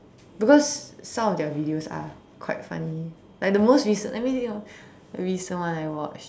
because some of their videos are quite funny like the most recent let me think of the most recent one I watched